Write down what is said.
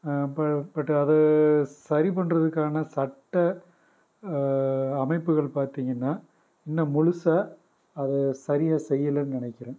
அப்போ பட் அதை சரி பண்ணுறதுக்கான சட்ட அமைப்புகள் பார்த்தீங்கன்னா இன்னும் முழுசாக அதை சரியாக செய்யலன்னு நினைக்கிறேன்